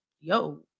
yo